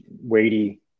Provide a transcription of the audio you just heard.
weighty